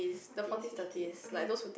forties fifties okay